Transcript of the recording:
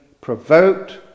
provoked